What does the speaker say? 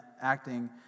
acting